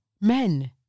Men